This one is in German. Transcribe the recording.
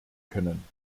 können